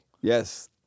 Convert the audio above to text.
Yes